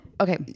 okay